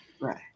Right